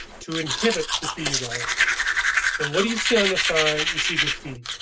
to inhibit graffiti writing and what do you see on the sign? you see graffiti.